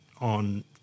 on